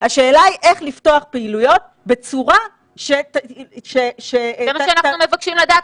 השאלה היא איך לפתוח פעילויות בצורה ש --- זה מה שאנחנו מבקשים לדעת,